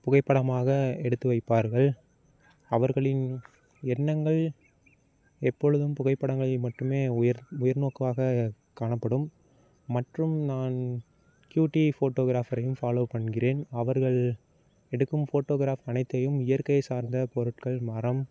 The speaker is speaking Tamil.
புகைப்படமாக எடுத்து வைப்பார்கள் அவர்களின் எண்ணங்கள் எப்பொழுதும் புகைப்படங்களில் மட்டுமே உயர் உயர் நோக்காக காணப்படும் மற்றும் நான் க்யூட்டி ஃபோட்டோக்ராஃபரையும் ஃபாலோ பண்ணுகிறேன் அவர்கள் எடுக்கும் ஃபோட்டோக்ராஃப் அனைத்தையும் இயற்கை சார்ந்த பொருட்கள் மரம்